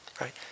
right